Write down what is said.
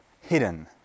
hidden